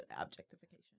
objectification